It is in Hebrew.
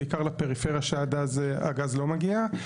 בעיקר לפריפריה שהגז לא מגיע.